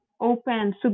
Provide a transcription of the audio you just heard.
open